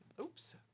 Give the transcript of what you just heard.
oops